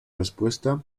respuesta